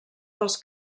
dels